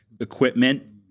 equipment